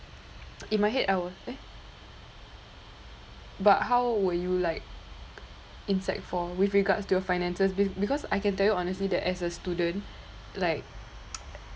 in my head I w~ eh but how would you like in sec four with regards to your finances be~ because I can tell you honestly that as a student like